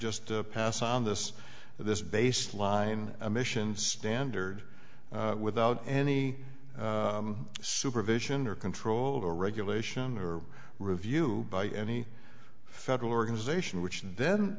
just pass on this this baseline emissions standard without any supervision or control regulation or review by any federal organization which then